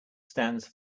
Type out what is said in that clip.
stands